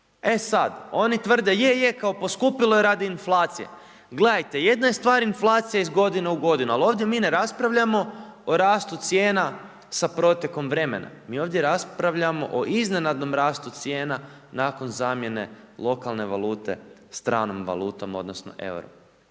E sa oni tvrde, je je kao poskupilo je radi inflacije, gledajte jedna je stvar inflacija iz godine u godinu, al ovdje mi ne raspravljamo o rastu cijena sa protekom vremena. Mi ovdje raspravljamo o iznenadnom rastu cijena nakon zamjene lokalne valute, stranom valutom odnosno EUR-a.